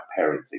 parenting